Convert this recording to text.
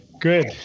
Good